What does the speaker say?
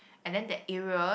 and then that area